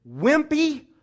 wimpy